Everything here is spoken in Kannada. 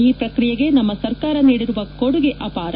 ಈ ಪ್ರಕ್ರಿಯೆಗೆ ನಮ್ಮ ಸರ್ಕಾರ ನೀಡಿರುವ ಕೊಡುಗೆ ಅಪಾರ